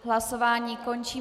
Hlasování končím.